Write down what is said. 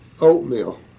oatmeal